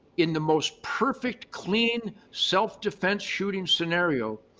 in the most perfect clean self-defense shooting scenario,